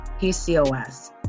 PCOS